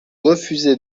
refusez